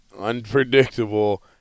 unpredictable